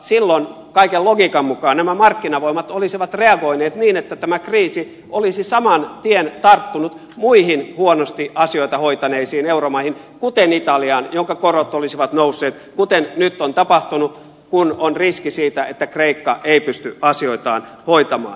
silloin kaiken logiikan mukaan nämä markkinavoimat olisivat reagoineet niin että tämä kriisi olisi saman tien tarttunut muihin huonosti asioita hoitaneisiin euromaihin kuten italiaan jonka korot olisivat nousseet kuten nyt on tapahtunut kun on riski siitä että kreikka ei pysty asioitaan hoitamaan